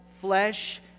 flesh